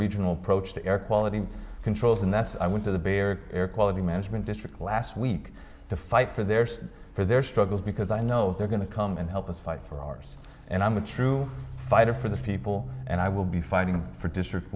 regional approach to air quality controls and that's i went to the beer air quality management district last week to fight for their state for their struggles because i know they're going to come and help us fight for ours and i'm a true fighter for the people and i will be fighting for district